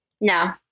No